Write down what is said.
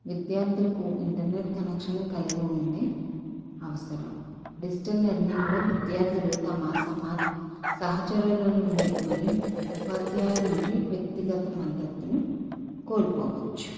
విద్యార్థులకు internet connection కలిగి ఉండే అవసరం డిజిటల్ లర్నింగ్లో విద్యార్థులు తమ సమ సహచరుల నుండి మరియు ఉపాధ్యాయుల నుండి వ్యక్తిగత మద్దతును కోల్పోవచ్చు